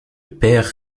père